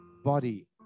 body